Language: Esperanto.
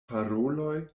paroloj